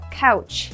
couch